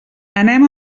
anem